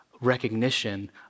recognition